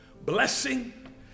Blessing